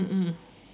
mm mm